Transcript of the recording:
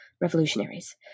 revolutionaries